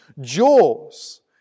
jaws